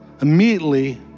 immediately